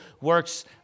works